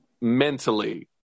mentally